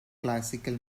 classical